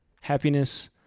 happiness